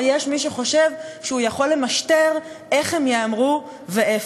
או יש מי שחושב שהוא יכול למשטר איך הם ייאמרו ואיפה.